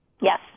Yes